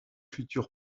futur